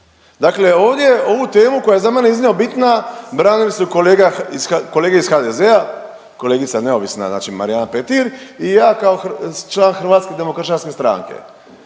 dakle ovu temu koja je za mene iznimno bitna branili su kolege iz HDZ-a, kolegica neovisna znači Marijana Petir i ja kao član Hrvatske demokršćanske stranke